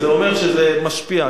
זה אומר שזה משפיע.